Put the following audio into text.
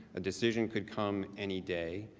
decision could come any day.